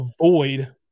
avoid